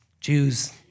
Jews